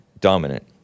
Dominant